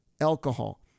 alcohol